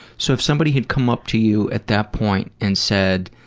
so if somebody had come up to you at that point and said,